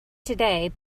today